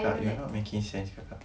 kak you're not making sense kakak